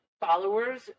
followers